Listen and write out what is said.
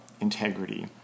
integrity